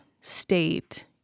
state